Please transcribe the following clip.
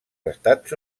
estats